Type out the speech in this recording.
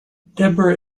debra